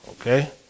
okay